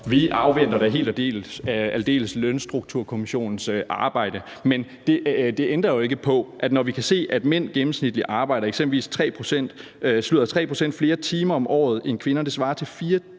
Vi afventer helt og aldeles Lønstrukturkomitéens arbejde. Men det ændrer ikke på, at vi eksempelvis kan se, at mænd gennemsnitligt arbejder 3 pct. flere timer om året end kvinder – det svarer til 4